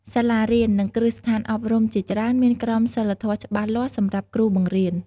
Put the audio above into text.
សាលារៀន និងគ្រឹះស្ថានអប់រំជាច្រើនមានក្រមសីលធម៌ច្បាស់លាស់សម្រាប់គ្រូបង្រៀន។